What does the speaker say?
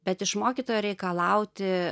bet iš mokytojo reikalauti